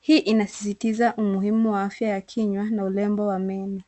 Hii inasisitiza umuhimu wa afya ya kinywa na urembo wa meno.